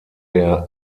der